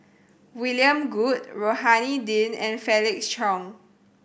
William Goode Rohani Din and Felix Cheong